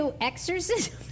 exorcism